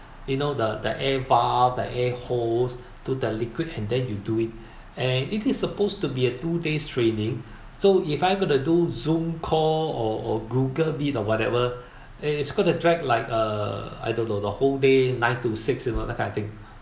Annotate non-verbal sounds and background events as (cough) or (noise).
you know the the air valve the air hose to the liquid and then you do it (breath) and it is supposed to be a two days training so if I going to do zoom call or or google meet or whatever (breath) and it's going to drag like uh I don't know the whole day nine to six you know that kind of thing